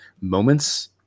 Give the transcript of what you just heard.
moments